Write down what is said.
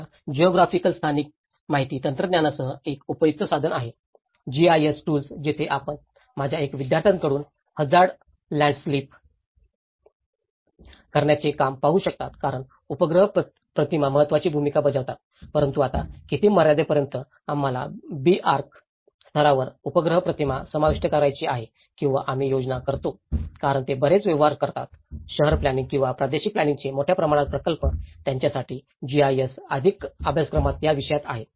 आता जिऑग्राफिकल स्थानिक माहिती तंत्रज्ञानासह एक उपयुक्त साधन आले आहे GIS टूल्स जिथे आपण माझ्या एका विद्यार्थ्यांकडून हझार्ड लँड्सलीप करण्याचे काम पाहू शकता कारण उपग्रह प्रतिमा महत्वाची भूमिका बजावतात परंतु आता किती मर्यादेपर्यंत आम्हाला बी आर्का स्तरावर उपग्रह प्रतिमा समाविष्ट करायची आहे किंवा आम्ही योजना करतो कारण ते बरेच व्यवहार करतात शहर प्लॅनिंग किंवा प्रादेशिक प्लॅनिंगाचे मोठ्या प्रमाणात प्रकल्प त्यांच्यासाठी जीआयएस आधीच अभ्यासक्रमात या विषयात आहे